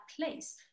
place